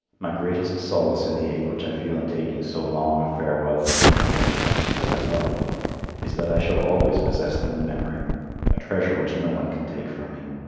my greatest solace in the ache which i feel in taking so long a farewell of a people and country that i love is that i shall always possess them in memory a treasure which no one can take from me.